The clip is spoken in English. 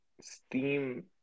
Steam